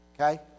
okay